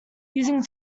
using